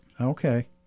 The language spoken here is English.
Okay